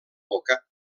boca